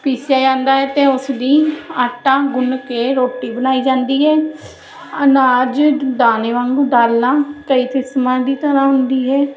ਪੀਸਿਆ ਜਾਂਦਾ ਹੈ ਅਤੇ ਉਸਦੀ ਆਟਾ ਗੁੰਨ ਕੇ ਰੋਟੀ ਬਣਾਈ ਜਾਂਦੀ ਹੈ ਅਨਾਜ ਦਾਣੇ ਵਾਂਗੂੰ ਦਾਲਾਂ ਕਈ ਕਿਸਮਾਂ ਦੀ ਤਰ੍ਹਾਂ ਹੁੰਦੀ ਹੈ